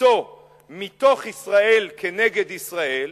למצוא מתוך ישראל כנגד ישראל,